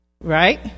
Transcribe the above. Right